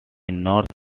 north